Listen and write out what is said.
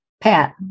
pat